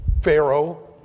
Pharaoh